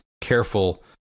careful